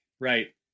Right